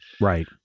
Right